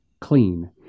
clean